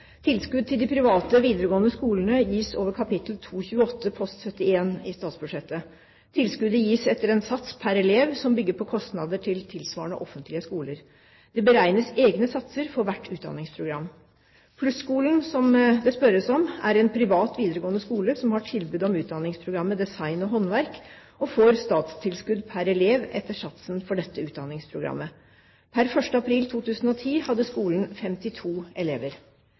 Tilskudd til de private videregående skolene gis over kap. 228 post 71 i statsbudsjettet. Tilskuddet gis etter en sats pr. elev som bygger på kostnader i tilsvarende offentlige skoler. Det beregnes egne satser for hvert utdanningsprogram. Plus-skolen, som det spørres om, er en privat videregående skole som har tilbud om utdanningsprogrammet design og håndverk, og får statstilskudd pr. elev etter satsen for dette utdanningsprogrammet. Per 1. april 2010 hadde skolen 52 elever.